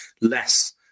less